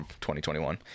2021